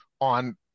on